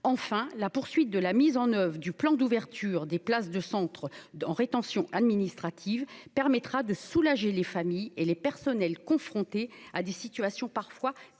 enfin la poursuite de la mise en oeuvre du plan d'ouverture des places de centres de rétention administrative permettra de soulager les familles et les personnels confrontés à des situations parfois très